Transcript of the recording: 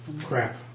Crap